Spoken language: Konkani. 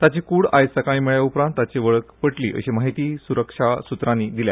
ताची कूड आयज सकाळीं मेळ्ळ्या उपरांत ताची वळख पटली अशी माहिती सुरक्षा सुत्रांनी दिली